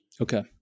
Okay